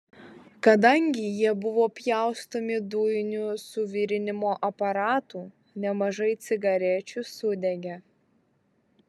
kadangi jie buvo pjaustomi dujiniu suvirinimo aparatu nemažai cigarečių sudegė